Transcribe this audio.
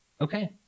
Okay